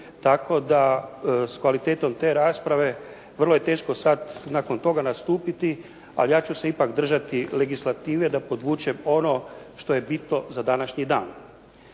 Tako da s kvalitetom te rasprave vrlo je teško sad nakon toga nastupiti. Ali ja ću se ipak držati legislative da podvučem ono što je bitno za današnji dan,